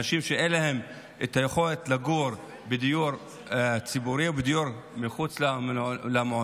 אנשים שאין להם את היכולת לגור בדיור ציבורי או בדיור מחוץ למעונות.